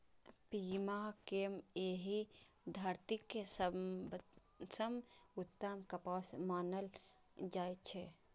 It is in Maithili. पीमा कें एहि धरतीक सबसं उत्तम कपास मानल जाइ छै